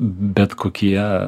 bet kokie